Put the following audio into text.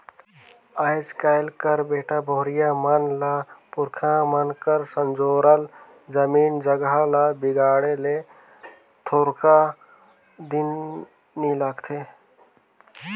आएज काएल कर बेटा बहुरिया मन ल पुरखा मन कर संजोरल जमीन जगहा ल बिगाड़े ले थोरको दिन नी लागे